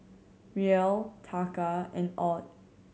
Riel Taka and AUD